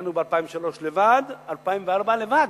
דנו ב-2003 לבד, 2004 לבד.